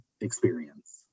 experience